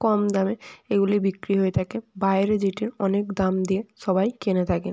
কম দামে এগুলি বিক্রি হয়ে থাকে বাইরে যেটির অনেক দাম দিয়ে সবাই কিনে থাকে